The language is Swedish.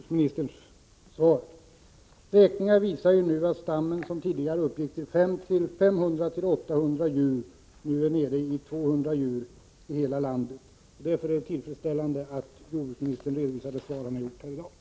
Herr talman! Jag är nöjd med jordbruksministerns svar. Räkningar visar att stammen, som tidigare uppgick till 500-800 lodjur, nu är nere i 200 djur i hela landet. Därför är det tillfredsställande att jordbruksministern redovisar detta svar här i dag.